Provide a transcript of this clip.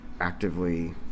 actively